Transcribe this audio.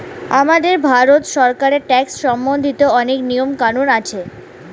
আমাদের ভারত সরকারের ট্যাক্স সম্বন্ধিত অনেক নিয়ম কানুন আছে